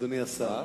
אדוני השר?